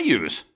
use